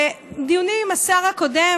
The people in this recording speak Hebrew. דיונים עם השר הקודם,